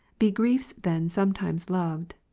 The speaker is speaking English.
be griefs then sometimesloved.